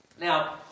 Now